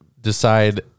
decide